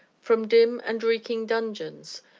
from dim and reeking dungeons,